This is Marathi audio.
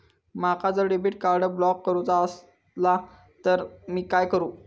माका जर डेबिट कार्ड ब्लॉक करूचा असला तर मी काय करू?